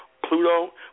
Pluto